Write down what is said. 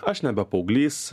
aš nebe paauglys